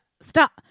stop